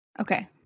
Okay